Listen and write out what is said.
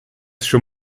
schon